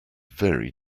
very